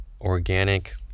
organic